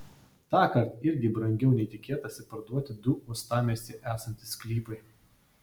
tąkart irgi brangiau nei tikėtasi parduoti du uostamiestyje esantys sklypai